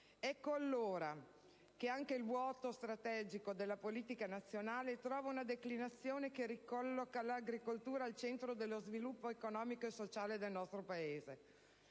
Ecco allora che anche il vuoto strategico nella politica nazionale trova una declinazione che ricolloca l'agricoltura al centro dello sviluppo economico e sociale del nostro Paese.